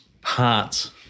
parts